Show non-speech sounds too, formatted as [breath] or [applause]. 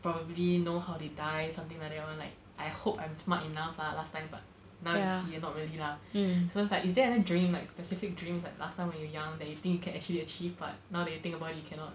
probably know how they die something like that [one] like I hope I'm smart enough lah last time but now you see not really lah [breath] so it's like is there a dream like specific dreams like last time when you're young that you think you can actually achieve but now that you think about you cannot